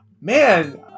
Man